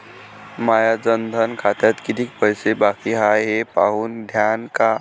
माया जनधन खात्यात कितीक पैसे बाकी हाय हे पाहून द्यान का?